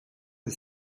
des